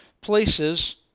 places